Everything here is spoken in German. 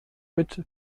mit